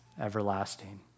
everlasting